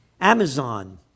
Amazon